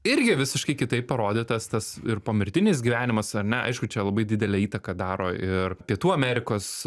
irgi visiškai kitaip parodytas tas ir pomirtinis gyvenimas ar ne aišku čia labai didelę įtaką daro ir pietų amerikos